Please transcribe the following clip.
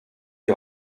die